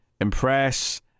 impress